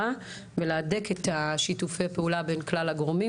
ולהדק את שיתוף הפעולה בין כלל הגורמים,